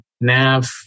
Nav